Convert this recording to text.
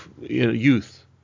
youth